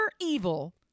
evil